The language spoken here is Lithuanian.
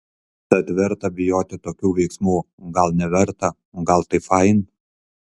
tad ar verta bijoti tokių veiksmų gal neverta gal tai fain